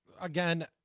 again